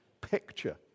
picture